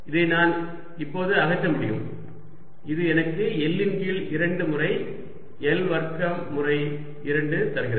இதை நான் இப்போது அகற்ற முடியும் இது எனக்கு L இன் கீழ் 2 முறை L வர்க்கம் முறை 2 தருகிறது